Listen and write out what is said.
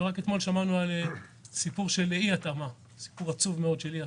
רק אתמול שמענו על סיפור עצוב מאוד של אי-התאמה.